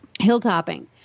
hilltopping